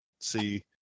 see